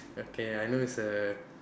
okay I know it's a